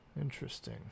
Interesting